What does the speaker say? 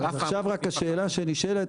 עכשיו רק השאלה שנשאלת,